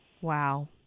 Wow